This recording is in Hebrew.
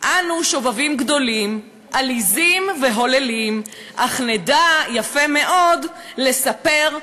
"אנו שובבים גדולים / עליזים והוללים / אך נדע יפה מאוד / לספר,